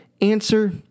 Answer